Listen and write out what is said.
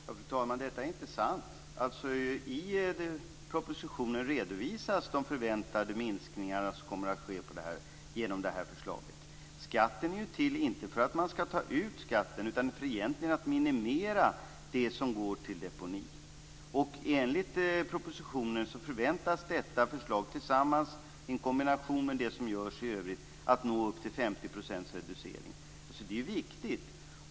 Fru talman! Detta är inte sant. I propositionen redovisas de förväntade minskningarna som kommer att ske genom det här förslaget. Skatten är inte till för att man skall ta ut skatten utan egentligen för att minimera det som går till deponi. Enligt propositionen förväntas detta förslag i kombination med det som görs i övrigt att nå upp till 50 % reducering. Det är viktigt.